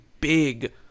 big